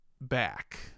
back